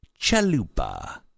Chalupa